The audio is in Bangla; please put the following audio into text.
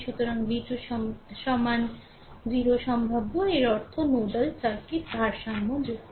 সুতরাং V 2 সমান 0 সম্ভাব্য এর অর্থ নোডাল সার্কিট ভারসাম্যযুক্ত